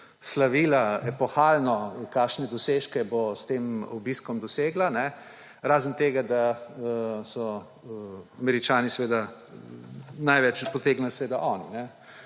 slavila epohalno, kakšne dosežke bo s tem obiskom dosegla, razen tega, da so Američani seveda največ potegnili. In